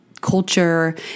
culture